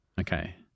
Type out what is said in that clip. Okay